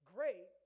Great